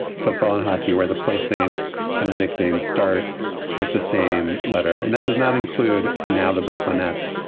football and hockey, where the place, name and the nickname start with the same letter. and that does not include. now the brooklyn nets.